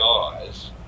eyes